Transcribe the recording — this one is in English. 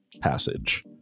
passage